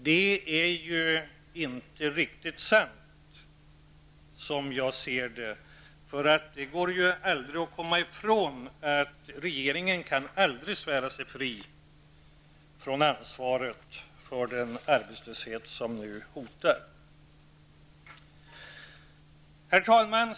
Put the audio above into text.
Det är inte riktigt sant, som jag ser det, för det går ju inte att komma ifrån att regeringen aldrig kan svära sig fri från ansvaret för den arbetslöshet som nu hotar.